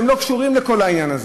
והם לא קשורים לכל העניין הזה?